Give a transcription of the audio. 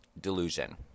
delusion